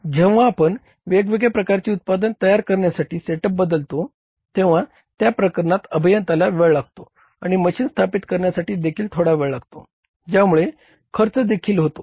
जेव्हा आपण वेगवेगळ्या प्रकारचे उत्पादन तयार करण्यासाठी करण्यासाठी सेटअप बदलतो तेव्हा त्या प्रकरणात अभियंताला वेळ लागतो आणि मशीन स्थापित करण्यास देखील थोडा वेळ लागतो ज्यामुळे खर्च देखील होतो